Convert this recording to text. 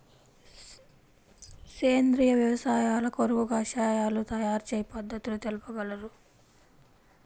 సేంద్రియ వ్యవసాయము కొరకు కషాయాల తయారు చేయు పద్ధతులు తెలుపగలరు?